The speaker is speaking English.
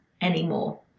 anymore